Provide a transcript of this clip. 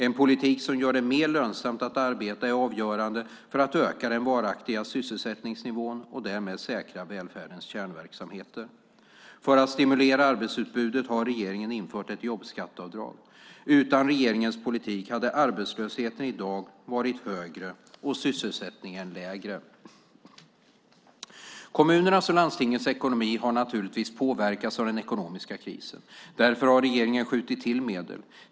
En politik som gör det mer lönsamt att arbeta är avgörande för att öka den varaktiga sysselsättningsnivån och därmed säkra välfärdens kärnverksamheter. För att stimulera arbetsutbudet har regeringen infört ett jobbskatteavdrag. Utan regeringens politik hade arbetslösheten i dag varit högre och sysselsättningen lägre. Kommunernas och landstingens ekonomi har naturligtvis påverkats av den ekonomiska krisen. Därför har regeringen skjutit till medel.